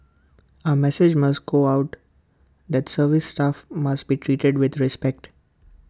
A message must go out that service staff must be treated with respect